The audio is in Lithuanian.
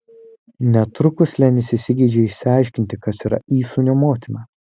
netrukus lenis įsigeidžia išsiaiškinti kas yra įsūnio motina